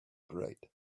great